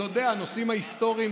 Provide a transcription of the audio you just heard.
אתה יודע, בנושאים ההיסטוריים,